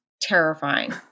terrifying